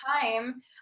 time